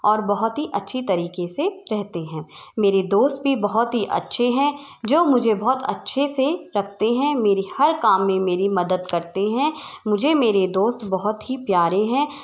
और बहुत ही अच्छी तरीके से रहते हैं मेरे दोस्त भी बहुत ही अच्छे हैं जो मुझे बहुत अच्छे से रखते हैं मेरी हर काम में मेरी मदद करते हैं मुझे मेरे दोस्त बहुत ही प्यारे हैं